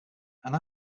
and